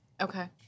Okay